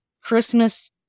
Christmas